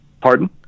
pardon